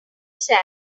said